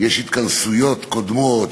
יש התכנסויות קודמות,